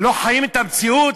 לא חיים את המציאות?